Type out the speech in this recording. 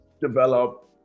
develop